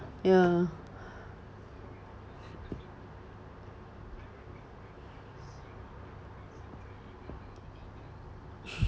ya